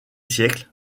siècles